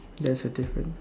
there's a difference